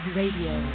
radio